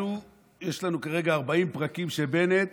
אנחנו, יש לנו כרגע 40 פרקים שבנט